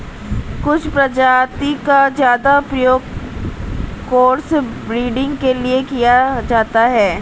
कुछ प्रजाति का ज्यादा प्रयोग क्रॉस ब्रीडिंग के लिए किया जाता है